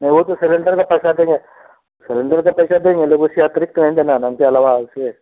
नही वो तो सिलेंडर का पैसा देंगे सिलेंडर का पैसा देंगे मतलब उससे अतिरिक्त तो नहीं देना उनके अलावा ऐसे